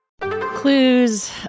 Clues